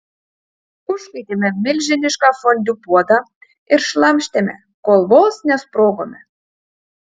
užkaitėme milžinišką fondiu puodą ir šlamštėme kol vos nesprogome